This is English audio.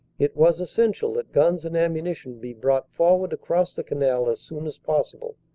it vas essential that guns and ammunition be brought forward across the canal as soon as possible.